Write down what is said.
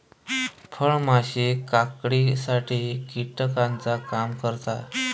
फळमाशी काकडीसाठी कीटकाचा काम करता